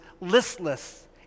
listless